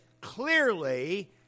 clearly